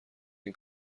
این